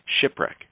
shipwreck